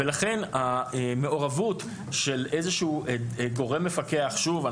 לכן לגבי המעורבות של איזשהו גורם מפקח שוב,